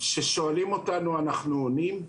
כששואלים אותנו אנחנו עונים.